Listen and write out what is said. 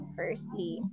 firstly